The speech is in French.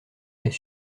est